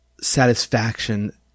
satisfaction